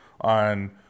on